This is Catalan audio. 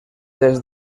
des